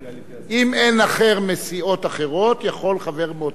אם אין אחר מסיעות אחרות יכול חבר מאותה סיעה לשאול.